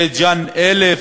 בית-ג'ן, 1,000,